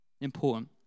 important